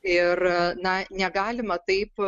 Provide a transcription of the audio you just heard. ir na negalima taip